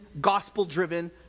gospel-driven